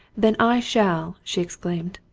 then i shall! she exclaimed.